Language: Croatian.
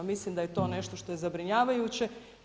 Mislim da je to nešto što je zabrinjavajuće.